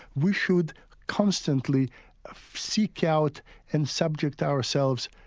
we should constantly seek out and subject ourselves,